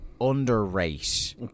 underrate